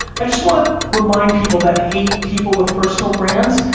i just wanna remind people that hate people with personal brands,